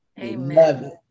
Amen